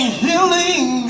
healing